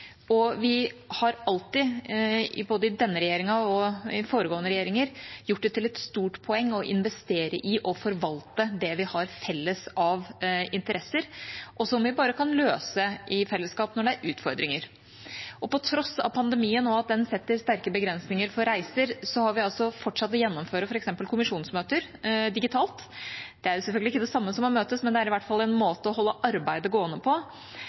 og vi har alltid, både i denne regjeringen og i foregående regjeringer, gjort det til et stort poeng å investere i og forvalte det vi har felles av interesser, og som vi bare kan løse i fellesskap når det er utfordringer. På tross av pandemien og at den setter sterke begrensninger for reiser, har vi altså fortsatt å gjennomføre f.eks. kommisjonsmøter digitalt. Det er selvfølgelig ikke det samme som å møtes, men det er i hvert fall en måte å holde arbeidet gående på.